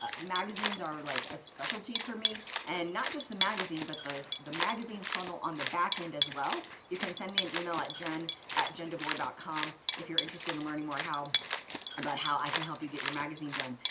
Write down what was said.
ah magazines are like a specialty for me, and not just the magazine, but the the magazine funnel on the back end as well. you can send me an email at jen at jendevore dot com if you're interested in learning more about how i can help you get your magazine done.